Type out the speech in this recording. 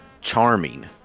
charming